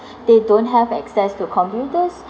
they don't have access to computers